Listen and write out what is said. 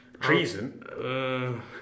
treason